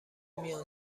میان